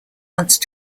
once